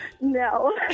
No